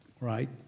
right